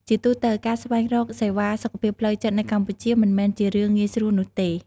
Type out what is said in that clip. ជាទូទៅ ការស្វែងរកសេវាសុខភាពផ្លូវចិត្តនៅកម្ពុជាមិនមែនជារឿងងាយស្រួលនោះទេ។